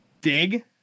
dig